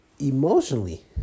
emotionally